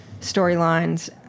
storylines